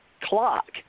clock